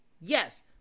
Yes